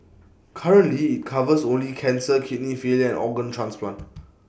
currently IT covers only cancer kidney failure and organ transplant